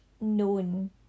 known